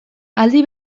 aldi